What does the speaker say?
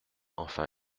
enfin